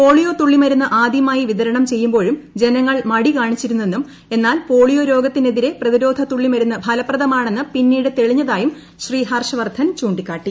polio തുള്ളിമരുന്ന് ആദ്യമായി വിതരണം ചെയ്യുമ്പോളും ജനങ്ങൾ മടി കാണിച്ചിരുന്നെന്നും എന്നാൽ പോളിയോ രോഗത്തിനെതിരെ പ്രതിരോധ തുള്ളിമരുന്ന് ഫലപ്രദമാണെന്ന് പിന്നീട് തെളിഞ്ഞതായും ശ്രീ ഹർഷ് വർദ്ധൻ ചൂണ്ടിക്കാട്ടി